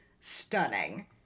stunning